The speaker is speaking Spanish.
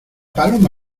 paloma